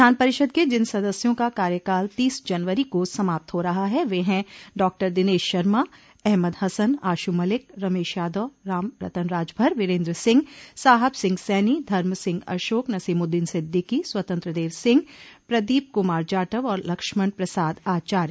विधान परिषद के जिन सदस्यों का कार्यकाल तीस जनवरी को समाप्त हो रहा है वह है डॉ दिनेश शर्मा अहमद हसन आशू मलिक रमेश यादव राम रतन राजभर वीरेन्द्र सिंह साहब सिंह सैनी धर्म सिंह अशोक नसीमद्दीन सिद्दीकी स्वतंत्र देव सिंह प्रदीप कुमार जाटव और लक्ष्मण प्रसाद आचार्य